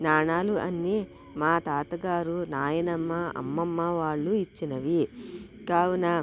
నాణాలు అన్ని మా తాతగారు నాయనమ్మ అమ్మమ్మ వాళ్ళు ఇచ్చినవి కావున